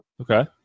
Okay